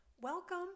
Welcome